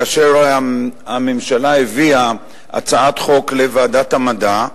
כאשר הממשלה הביאה הצעת חוק לוועדת המדע,